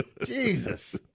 Jesus